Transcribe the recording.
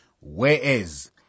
whereas